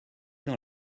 dans